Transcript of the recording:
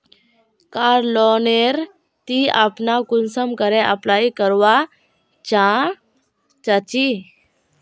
कार loan नेर ती अपना कुंसम करे अप्लाई करवा चाँ चची?